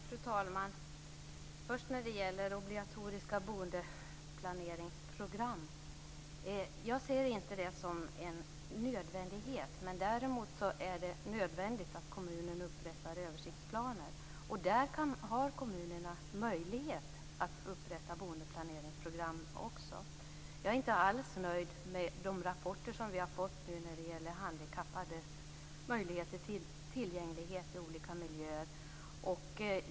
Fru talman! När det först gäller obligatoriska boendeplaneringsprogram ser jag inte sådana som en nödvändighet. Det är däremot nödvändigt att kommunen upprättar översiktsplaner. Där har kommunerna möjlighet att också upprätta boendeplaneringsprogram. Jag är inte alls nöjd med de rapporter som vi nu har fått när det gäller handikappades tillgänglighet till olika miljöer.